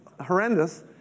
horrendous